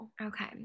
Okay